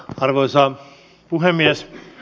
arvoisa puhemies